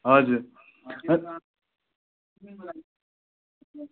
हजुर